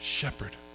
shepherd